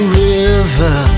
river